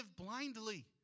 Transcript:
blindly